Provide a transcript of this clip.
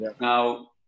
Now